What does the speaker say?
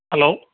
hello